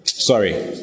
Sorry